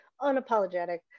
unapologetic